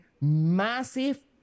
massive